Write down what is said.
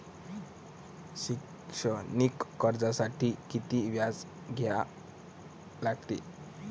शैक्षणिक कर्जासाठी किती व्याज द्या लागते?